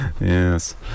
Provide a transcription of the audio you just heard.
Yes